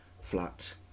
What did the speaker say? flat